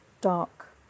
dark